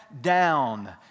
down